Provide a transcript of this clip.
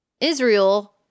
Israel